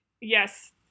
Yes